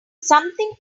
something